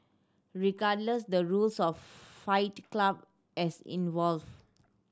regardless the rules of Fight Club as evolve